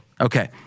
Okay